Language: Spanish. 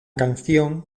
canción